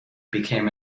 became